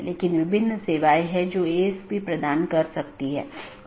तो यह AS संख्याओं का एक सेट या अनुक्रमिक सेट है जो नेटवर्क के भीतर इस राउटिंग की अनुमति देता है